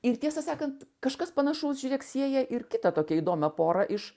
ir tiesą sakant kažkas panašaus žiūrėk sieja ir kitą tokią įdomią porą iš